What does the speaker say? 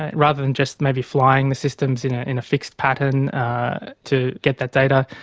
and rather than just maybe flying the systems in ah in a fixed pattern to get that data,